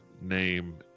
name